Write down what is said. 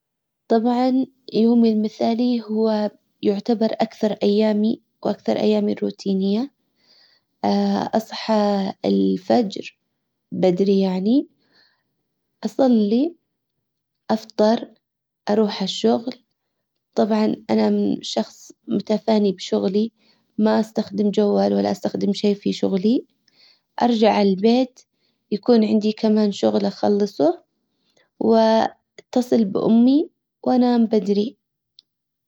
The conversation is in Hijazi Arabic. طبعا يومي المثالي هو يعتبر اكثر ايامي واكثر ايامي الروتينية. اصحى الفجر بدري يعني اصلي افطر اروح الشغل طبعا انا شخص متفاني بشغلي. ما استخدم جوال ولا استخدم شي في شغلي. ارجع البيت يكون عندي كمان شغل اخلصه. واتصل بامي وانام بدري